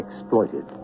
exploited